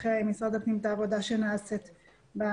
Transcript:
עם משרד הפנים את העבודה שנעשית בנושא.